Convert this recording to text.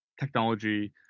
technology